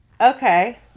Okay